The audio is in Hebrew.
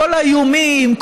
כל האיומים,